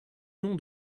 nom